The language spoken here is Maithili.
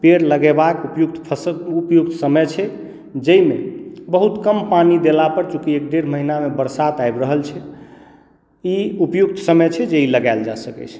पेड़ लगयबाके उपयुक्त फसल उपयुक्त समय छै जाहिमे बहुत कम पानी देला पर चूँकि एक डेढ़ महीनामे बरसात आबि रहल छै ई उपयुक्त समय छै जे ई लगायल जा सकैत छै